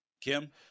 Kim